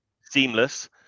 Seamless